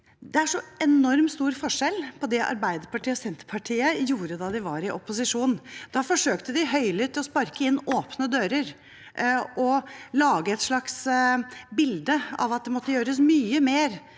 Det er så enormt stor forskjell på det Arbeiderpartiet og Senterpartiet gjorde da de var i opposisjon, og det de gjør nå. Da forsøkte de høylytt å sparke inn åpne dører og lage et slags bilde av at det måtte gjøres mye mer,